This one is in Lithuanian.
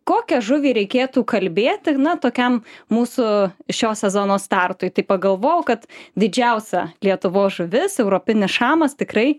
kokią žuvį reikėtų kalbėti na tokiam mūsų šio sezono startui tai pagalvojau kad didžiausia lietuvos žuvis europinis šamas tikrai